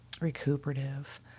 recuperative